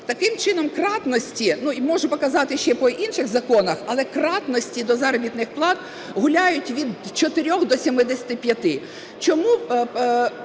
Таким чином кратності, ну, і можу показати ще по інших законах, але кратності до заробітних плат гуляють від 4 до 75. Чому